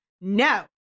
No